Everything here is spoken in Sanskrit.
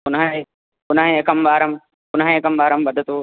पुनः य् पुनः एकं वारं पुनः एकं वारं वदतु